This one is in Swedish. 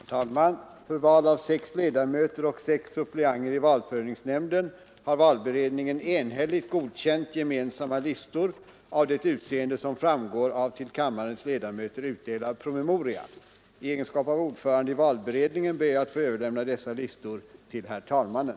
Herr talman! För val av sex ledamöter och sex suppleanter i 3 valprövningsnämnden har valberedningen enhälligt godkänt gemensamma I egenskap av ordförande i valberedningen ber jag att få överlämna dessa listor till herr talmannen.